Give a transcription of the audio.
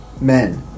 men